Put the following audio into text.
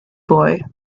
boy